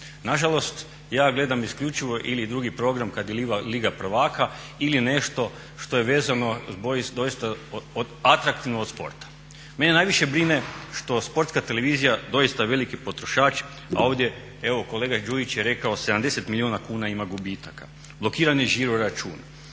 Nažalost, ja gledam isključivo ili 2. program kad je Liga prvaka ili nešto što je vezano doista atraktivno od sporta. Mene najviše brine što Sportska televizija doista je veliki potrošač, a ovdje evo kolega Đujić je rekao 70 milijuna kuna ima gubitaka, blokiran je žiro račun,